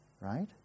Right